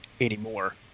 anymore